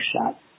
shot